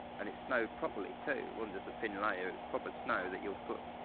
and it snowed properly too, it wasn't just a thin layer, it was proper snow that your foot